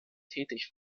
tätig